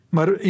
Maar